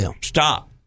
stop